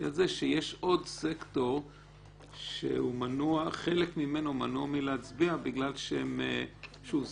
שיש עוד סקטור שחלק ממנו מנוע מלהצביע בגלל שהם שוב,